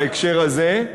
בהקשר הזה,